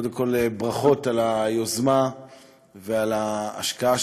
קודם כול ברכות על היוזמה ועל ההשקעה